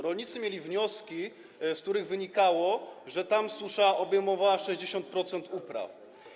Rolnicy prezentowali wnioski, z których wynikało, że tam susza objęła 60% upraw.